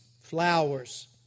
flowers